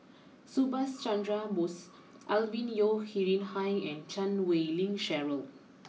Subhas Chandra Bose Alvin Yeo Khirn Hai and Chan Wei Ling Cheryl